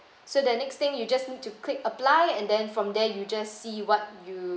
so the next thing you just need to click apply and then from there you just see what you